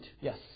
Yes